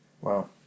Wow